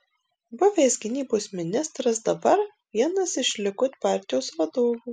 buvęs gynybos ministras dabar vienas iš likud partijos vadovų